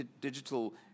digital